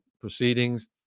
proceedings